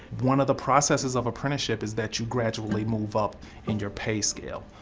one of the processes of apprenticeship is that you gradually move up in your pay scale.